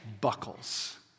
buckles